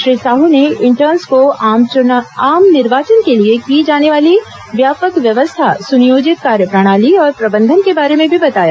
श्री साह ने इंटर्न्स को आम निर्वाचन के लिए की जाने वाली व्यापक व्यवस्था सुनियोजित कार्यप्रणाली और प्रबंधन के बारे में भी बताया